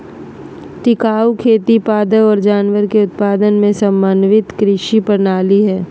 टिकाऊ खेती पादप और जानवर के उत्पादन के समन्वित कृषि प्रणाली हइ